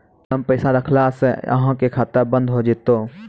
कम पैसा रखला से अहाँ के खाता बंद हो जैतै?